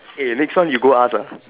eh next one you go ask ah